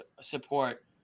support